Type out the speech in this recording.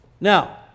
Now